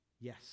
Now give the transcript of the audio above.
yes